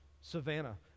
savannah